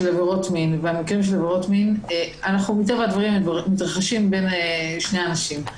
עבירות מין מטבע הדברים מתרחשים בין שני אנשים.